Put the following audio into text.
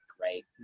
right